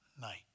night